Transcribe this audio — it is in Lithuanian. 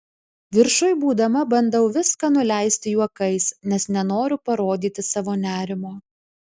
viršuj būdama bandau viską nuleisti juokais nes nenoriu parodyti savo nerimo